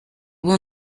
will